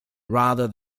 rather